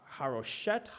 Haroshet